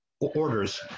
orders